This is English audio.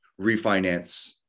refinance